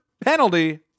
penalty